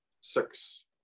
six